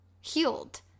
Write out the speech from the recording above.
healed